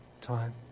time